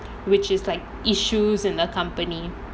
which is like issues in the company